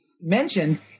mentioned